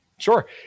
Sure